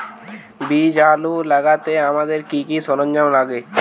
বীজ আলু লাগাতে আমাদের কি কি সরঞ্জাম লাগে?